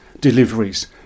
deliveries